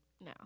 No